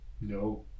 No